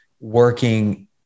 working